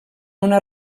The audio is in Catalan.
una